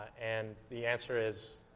and the answer is,